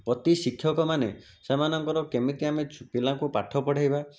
ପ୍ରତି ଶିକ୍ଷକମାନେ ସେମାନଙ୍କର କେମିତି ଆମେ ପିଲାଙ୍କୁ ପାଠ ପଢ଼େଇବା